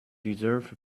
deserve